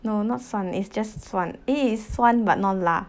no not 酸 it's just 酸 eh it's 酸 but not 辣